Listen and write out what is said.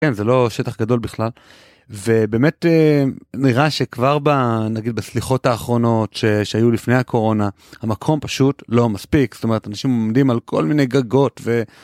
כן זה לא שטח גדול בכלל ובאמת נראה שכבר בנגיד בסליחות האחרונות שהיו לפני הקורונה המקום פשוט לא מספיק זאת אומרת אנשים עומדים על כל מיני גגות.